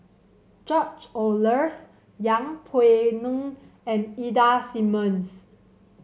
George Oehlers Yeng Pway Ngon and Ida Simmons